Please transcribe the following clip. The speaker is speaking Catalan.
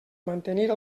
mantenir